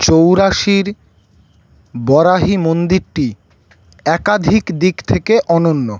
চৌরাসির বরাহি মন্দিরটি একাধিক দিক থেকে অনন্য